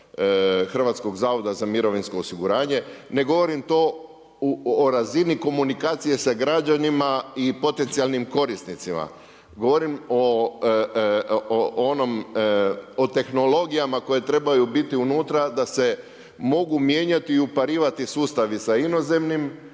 Hrvatskog zavoda za mirovinsko osiguranje. Ne govorim to o razini komunikacije sa građanima i potencijalnim korisnicima. Govorim o onom, o tehnologijama koje trebaju biti unutra da se mogu mijenjati i uparivati sustavi sa inozemnim